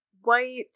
white